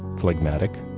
phlegmatic,